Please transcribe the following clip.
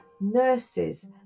nurses